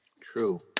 True